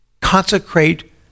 Consecrate